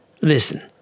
Listen